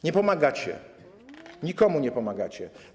Nie pomagacie, nikomu nie pomagacie.